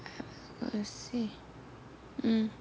I see mm